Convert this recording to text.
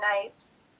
nights